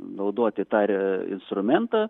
naudoti tą re instrumentą